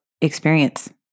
experience